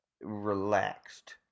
relaxed